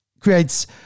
creates